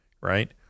right